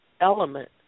element